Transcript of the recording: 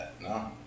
no